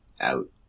out